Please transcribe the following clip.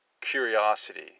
curiosity